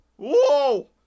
Whoa